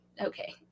Okay